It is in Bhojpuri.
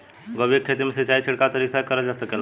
गोभी के खेती में सिचाई छिड़काव तरीका से क़रल जा सकेला?